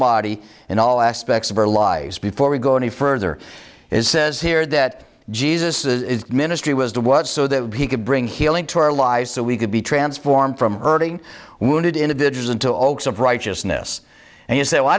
mahdi in all aspects of our lives before we go any further it says here that jesus ministry was to what so that he could bring healing to our lives so we could be transformed from hurting wounded individuals into oaks of righteousness and you say